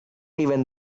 even